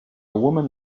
woman